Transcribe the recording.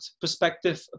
perspective